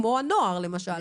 כמו הנוער למשל.